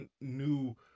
new